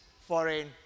foreign